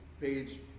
page